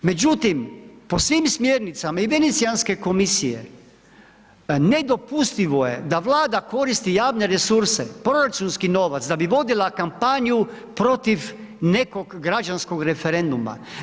Međutim, po svim smjernicama i Venecijanske komisije, nedopustivo je da Vlada koristi javne resurse, proračunski novac, da bi vodila kampanju protiv nekog građanskog referenduma.